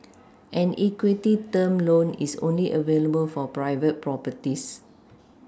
an equity term loan is only available for private properties